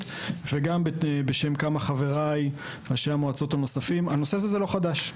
וגם בשם כמה מחבריי ראשי המועצות הנוספים הנושא הזה לא חדש.